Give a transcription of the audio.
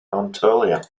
anatolia